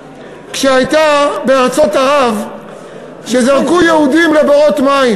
שכשהייתה בארצות ערב שזרקו יהודים לבורות מים.